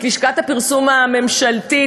את לשכת הפרסום הממשלתית,